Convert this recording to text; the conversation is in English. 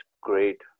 great